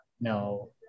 no